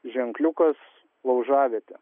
ženkliukas laužavietė